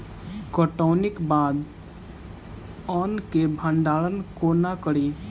कटौनीक बाद अन्न केँ भंडारण कोना करी?